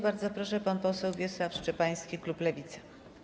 Bardzo proszę, pan poseł Wiesław Szczepański, klub Lewica.